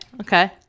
Okay